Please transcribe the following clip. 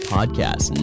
Podcast